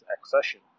accession